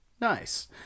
Nice